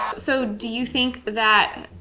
so do you think that